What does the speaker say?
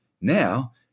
now